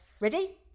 ready